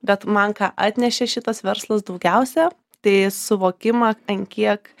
bet man ką atnešė šitas verslas daugiausia tai suvokimą ant kiek